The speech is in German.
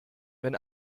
wenn